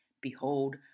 Behold